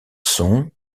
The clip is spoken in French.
son